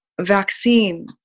Vaccine